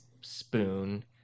Spoon